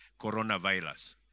coronavirus